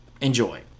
enjoy